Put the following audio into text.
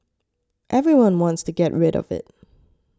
everyone wants to get rid of it